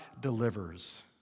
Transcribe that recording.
delivers